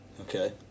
Okay